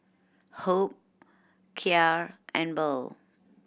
Hope Kya and Burl